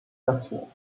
festival